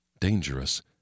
dangerous